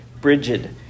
Bridget